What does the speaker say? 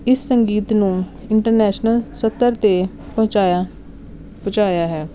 ਇਸ ਸੰਗੀਤ ਨੂੰ ਇੰਟਰਨੈਸ਼ਨਲ ਸਤਰ 'ਤੇ ਪਹੁੰਚਾਇਆ ਪਹੁੰਚਾਇਆ ਹੈ